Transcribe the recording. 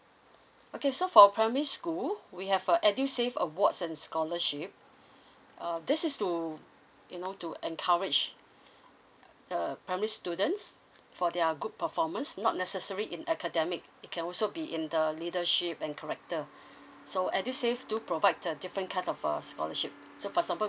okay so for primary school we have uh edusave awards and scholarship uh this is to you know to encourage uh primary students for their good performance not necessary in academic it can also be in the leadership and character so edusave do provide a different kind of uh scholarship so for example